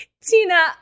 tina